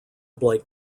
blake